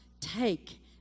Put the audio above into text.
take